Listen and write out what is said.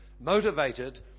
Motivated